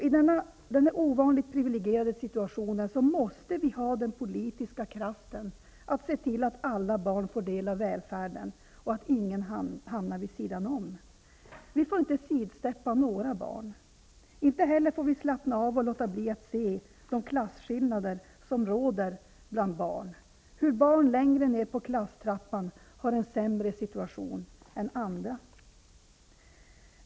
I denna ovanligt priviligierade situation måste vi ha den politiska kraften att se till att alla barn får del av välfärden och att ingen hamnar vid sidan om. Vi får inte sidsteppa några barn. Inte heller får vi slappna av och låta bli att se de klasskillnader som råder bland barn, hur barn längre ned på klasstrappan har en sämre situation än andra.